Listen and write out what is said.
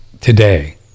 today